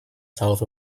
south